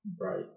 Right